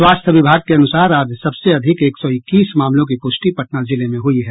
स्वास्थ्य विभाग के अनुसार आज सबसे अधिक एक सौ इक्कीस मामलों की प्रष्टि पटना जिले में हुई है